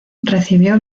recibió